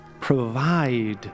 provide